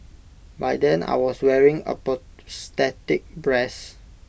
by then I was wearing A prosthetic breast